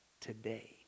today